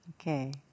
Okay